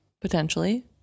potentially